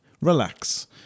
relax